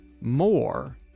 more